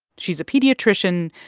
she's a pediatrician,